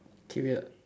k wait ah